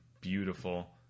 beautiful